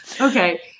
Okay